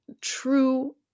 true